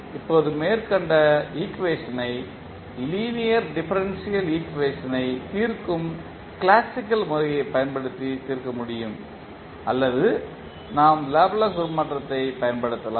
இப்போது மேற்கண்ட ஈக்குவேஷனை லீனியர் டிஃபரன்ஷியல் ஈக்குவேஷனைத் தீர்க்கும் கிளாசிக்கல் முறையைப் பயன்படுத்தி தீர்க்க முடியும் அல்லது நாம் லாப்லேஸ் உருமாற்றத்தைப் பயன்படுத்தலாம்